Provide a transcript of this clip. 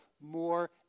more